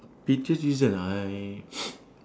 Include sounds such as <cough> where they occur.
pettiest reason I <noise>